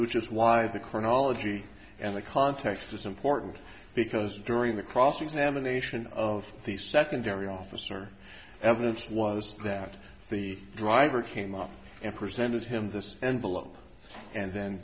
just why the chronology and the context is important because during the cross examination of the secondary officer evidence was that the driver came up and presented him this envelope and then